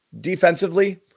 defensively